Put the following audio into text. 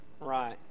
Right